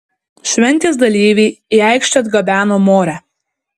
šventės dalyviai į aikštę atgabeno morę